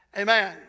Amen